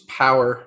power